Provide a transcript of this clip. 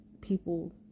people